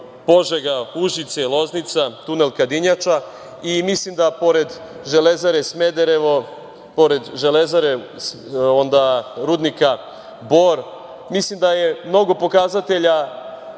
Požega, Užice, Loznica, tunel Kadinjača, i mislim da pored Železare Smederevo, pored rudnika „Bor“, mislim da je mnogo pokazatelja